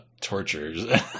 tortures